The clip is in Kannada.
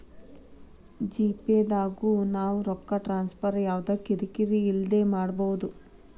ಜಿ.ಪೇ ದಾಗು ನಾವ್ ರೊಕ್ಕ ಟ್ರಾನ್ಸ್ಫರ್ ಯವ್ದ ಕಿರಿ ಕಿರಿ ಇಲ್ದೆ ಮಾಡ್ಬೊದು